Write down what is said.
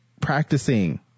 practicing